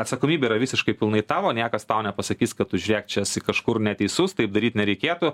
ta atsakomybė yra visiškai pilnai tavo niekas tau nepasakys kad tu žiūrėk čia esi kažkur neteisus taip daryt nereikėtų